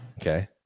Okay